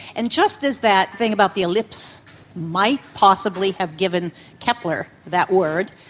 and just as that thing about the ellipse might possibly have given kepler that word,